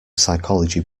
psychology